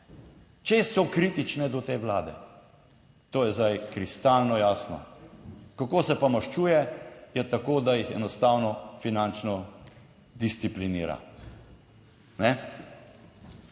če so kritične do te vlade. To je zdaj kristalno jasno. Kako se pa maščuje? Ja tako, da jih enostavno finančno disciplinira.